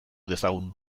dezagun